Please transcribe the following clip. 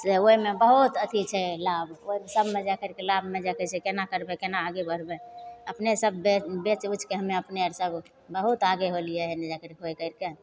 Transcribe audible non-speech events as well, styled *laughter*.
से ओहिमे बहुत अथी छै लाभ ओहि सबमे जा करिके लाभमे जा *unintelligible* से कोना करबै कोना आगे बढ़बै अपनेसभ बे बेचि उचिके हमे अपने आओर सभ बहुत आगे होलिए हँ जा करि होइ करिके